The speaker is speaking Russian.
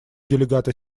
делегата